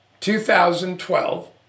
2012